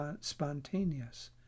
spontaneous